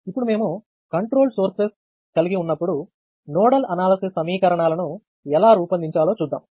ఇప్పుడు మేము controlled sources కలిగి ఉన్నప్పుడు నోడల్ అనాలసిస్ సమీకరణాలను ఎలా రూపొందించాలో చూద్దాం